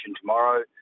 tomorrow